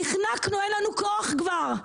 נחנקנו, אין לנו כוח כבר.